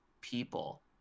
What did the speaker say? people